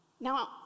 Now